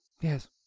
Yes